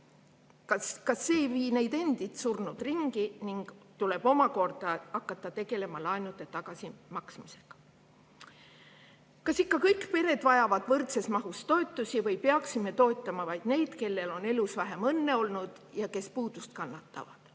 Kas see ei vii neid endid surnud ringi ning tuleb omakorda hakata tegelema laenude tagasimaksmisega? Kas ikka kõik pered vajavad võrdses mahus toetusi või peaksime toetama vaid neid, kellel on elus vähem õnne olnud ja kes puudust kannatavad?